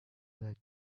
like